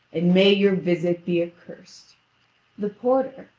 and may your visit be accursed. the porter,